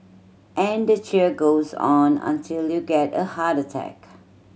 and the cheer goes on until you get a heart attack